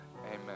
Amen